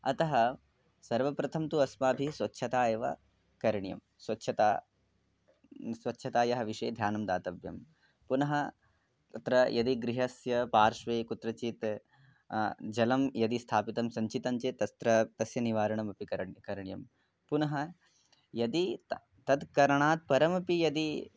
अतः सर्वप्रथमं तु अस्माभिः स्वच्छता एव करणीया स्वच्छता स्वच्छतायाः विषये ध्यानं दातव्यं पुनः तत्र यदि गृहस्य पार्श्वे कुत्रचित् जलं यदि स्थापितं सञ्चितं चेत् तस्य तस्य निवारणमपि कर्तुं करणीयं पुनः यदि तद् करणात् परमपि यदि